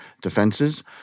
defenses